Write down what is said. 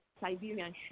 Siberian